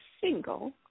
single